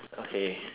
okay